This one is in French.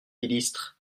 ministre